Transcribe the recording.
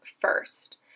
first